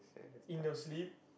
in the sleep